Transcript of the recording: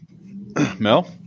Mel